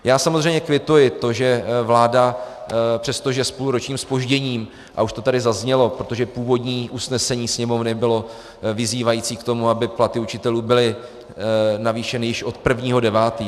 Já samozřejmě kvituji to, že vláda přestože s půlročním zpožděním, a už to tady zaznělo, protože původní usnesení Sněmovny bylo vyzývající k tomu, aby platy učitelů byly navýšeny již od 1. 9.